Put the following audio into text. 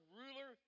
ruler